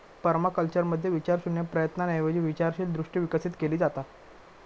पर्माकल्चरमध्ये विचारशून्य प्रयत्नांऐवजी विचारशील दृष्टी विकसित केली जाता